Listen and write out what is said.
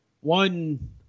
one